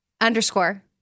Underscore